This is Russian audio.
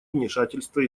вмешательства